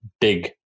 big